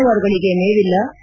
ಜಾನುವಾರುಗಳಿಗೆ ಮೇವಿಲ್ಲ